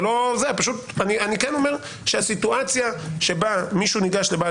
אני כן אומר שהסיטואציה בה מישהו ניגש לבעל